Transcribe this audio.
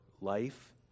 life